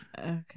Okay